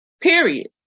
Period